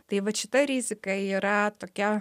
tai vat šita rizika yra tokia